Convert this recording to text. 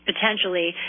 potentially